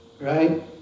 right